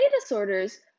disorders